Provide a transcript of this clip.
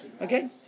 Okay